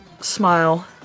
smile